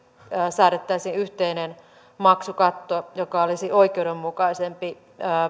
säädettäisiin yhteinen maksukatto joka olisi oikeudenmukaisempi